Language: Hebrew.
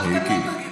אבל אתם לא תגידו.